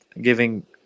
giving